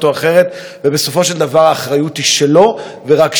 ובסופו של דבר האחריות היא שלו ורק שלו.